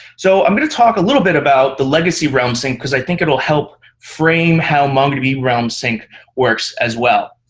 so i'm going to talk a little bit about the legacy realm sync, because i think it will help frame how mongodb realm sync works as well.